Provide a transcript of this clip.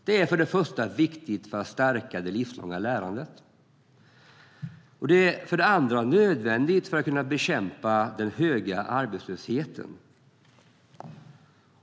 Det är för det första viktigt för att stärka det livslånga lärandet, och för det andra är det nödvändigt för att vi ska kunna bekämpa den höga arbetslösheten.